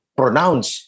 pronounce